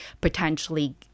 potentially